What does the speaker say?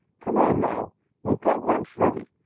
come on now we've got lunch ready.